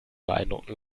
beeindrucken